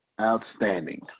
Outstanding